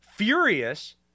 Furious